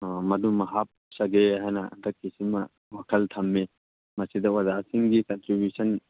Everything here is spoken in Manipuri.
ꯃꯗꯨ ꯑꯃ ꯍꯥꯞꯆꯒꯦ ꯍꯥꯏꯅ ꯍꯟꯗꯛꯀꯤꯁꯤꯃ ꯋꯥꯈꯜ ꯊꯝꯃꯤ ꯃꯁꯤꯗ ꯑꯣꯖꯥꯁꯤꯡꯒꯤ ꯀꯟꯇ꯭ꯔꯤꯕ꯭ꯌꯨꯁꯟ